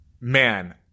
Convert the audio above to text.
man